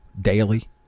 daily